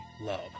Love